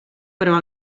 però